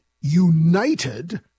united